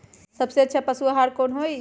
सबसे अच्छा पशु आहार कोन हई?